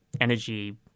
energy